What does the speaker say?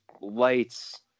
lights